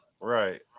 right